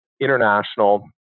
international